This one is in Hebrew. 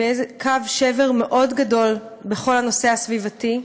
בקו שבר מאוד גדול בכל הנושא הסביבתי,